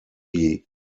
die